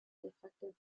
defective